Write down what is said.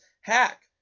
hack